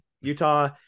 Utah